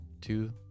Two